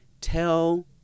tell